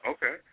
Okay